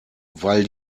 weil